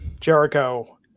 Jericho